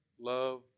love